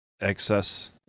excess